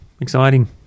Exciting